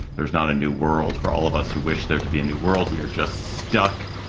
there's not a new world for all of us who wish there to be a new world. we are just stuck,